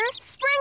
Spring